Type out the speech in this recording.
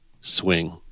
swing